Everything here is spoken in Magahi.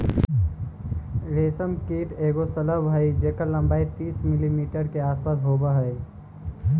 रेशम कीट एगो शलभ हई जेकर लंबाई तीस मिलीमीटर के आसपास होब हई